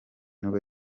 nibwo